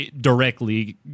directly